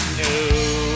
new